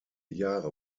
jahre